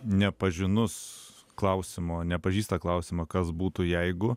nepažinus klausimo nepažįsta klausimą kas būtų jeigu